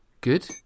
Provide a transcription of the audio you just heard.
Good